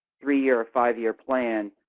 three-year, or five-year plan,